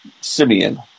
Simeon